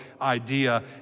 idea